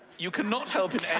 you cannot help in